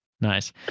nice